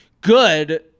good